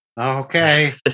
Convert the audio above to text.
Okay